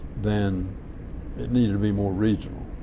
than it needed to be more regional.